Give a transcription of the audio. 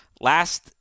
last